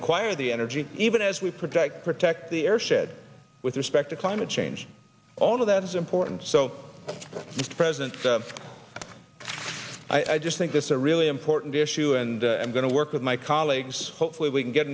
acquire the energy even as we protect protect the air shed with respect to climate change all of that is important so mr president i just think this is a really important issue and i'm going to work with my colleagues hopefully we can get